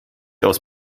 aus